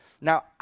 Now